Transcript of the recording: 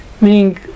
meaning